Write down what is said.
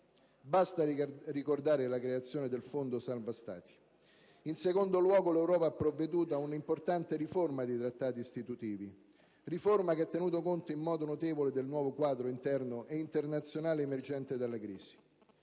Basta ricordare la creazione del fondo salva-Stati. In secondo luogo, l'Europa ha provveduto ad una importante riforma dei trattati istitutivi, riforma che ha tenuto conto in modo notevole del nuovo quadro interno ed internazionale emergente dalla crisi.